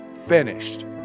finished